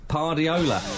Pardiola